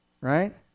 right